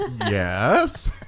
yes